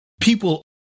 people